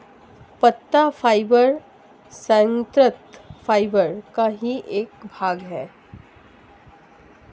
पत्ता फाइबर संयंत्र फाइबर का ही एक भाग है